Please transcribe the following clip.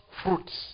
fruits